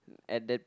at that